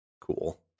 cool